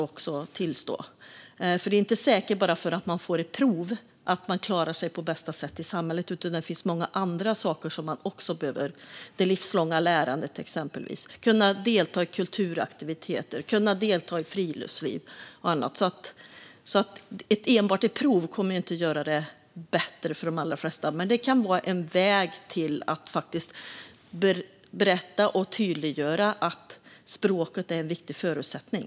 Det är inte säkert att människor klarar sig på bästa sätt i samhället bara för att de gör ett prov. Det finns många andra saker som också behövs, exempelvis det livslånga lärandet, för att kunna delta i kulturaktiviteter, i friluftsliv och annat. Enbart ett prov kommer inte att göra det bättre för de allra flesta. Men det kan vara en väg för att tydliggöra att språket är en viktig förutsättning.